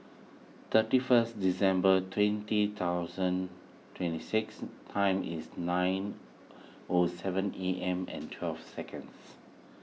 thirty first December twenty thousand twenty six time is nine O seven A M and twelve seconds